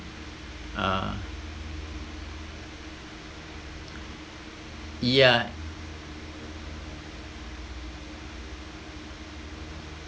uh yeah